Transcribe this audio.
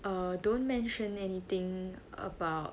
err don't mention anything about